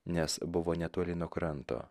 nes buvo netoli nuo kranto